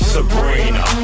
Sabrina